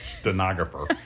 stenographer